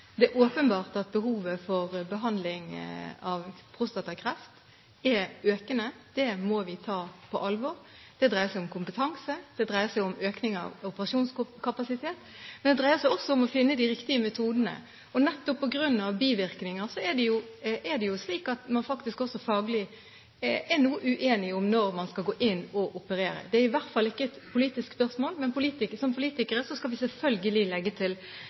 Det er åpenbart at behovet for behandling av prostatakreft er økende. Det må vi ta på alvor. Det dreier seg om kompetanse, det dreier seg om økning av operasjonskapasitet, men det dreier seg også om å finne de riktige metodene. Nettopp på grunn av bivirkninger er man faktisk også faglig noe uenig om når man skal gå inn og operere. Det er i hvert fall ikke et politisk spørsmål, men som politikere skal vi selvfølgelig legge til